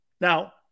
Now